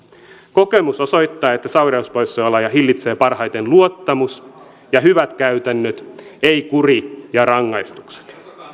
kokemus osoittaa että sairauspoissaoloja hillitsee parhaiten luottamus ja hyvät käytännöt ei kuri ja rangaistukset